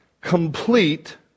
complete